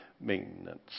maintenance